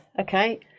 Okay